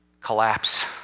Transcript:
Collapse